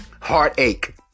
heartache